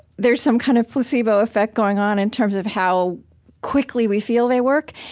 there's some kind of placebo effect going on in terms of how quickly we feel they work.